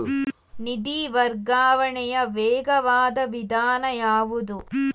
ನಿಧಿ ವರ್ಗಾವಣೆಯ ವೇಗವಾದ ವಿಧಾನ ಯಾವುದು?